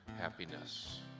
happiness